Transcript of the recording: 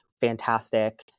fantastic